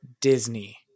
Disney